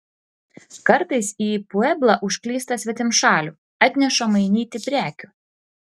kartais į pueblą užklysta svetimšalių atneša mainyti prekių